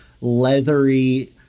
leathery